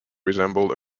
resembled